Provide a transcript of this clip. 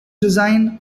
design